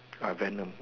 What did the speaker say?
A Venom